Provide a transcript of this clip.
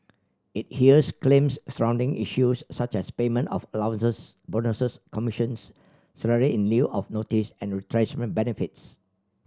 it hears claims surrounding issues such as payment of allowances bonuses commissions salary in lieu of notice and retrenchment benefits